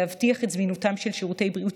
להבטיח את זמינותם של שירותי בריאות